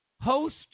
host